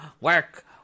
Work